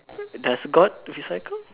does God recycle